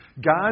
God